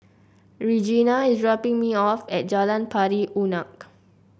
Regina is dropping me off at Jalan Pari Unak